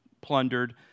plundered